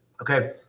Okay